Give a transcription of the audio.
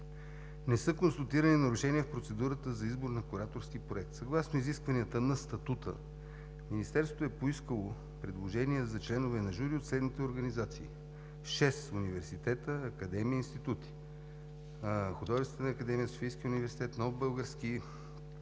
Не са констатирани нарушения в процедурата за избор на кураторски проект. Съгласно изискванията на Статута Министерството е поискало предложение за членове на жури от следните организации: шест университета, академии, институти – Националната художествена академия, Софийския университет, Нов български